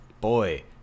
Boy